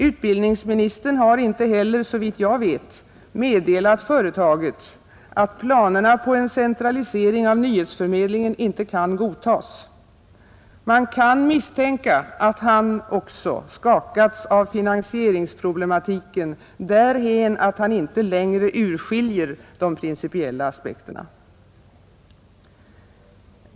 Utbildningsministern har inte heller, såvitt jag vet, meddelat företaget att planerna på en centralisering av nyhetsförmedlingen inte kan godtas. Man kan misstänka att också han skakats av finansieringsproblematiken därhän, att han inte längre urskiljer de principiella aspekterna.